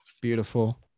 Beautiful